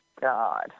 God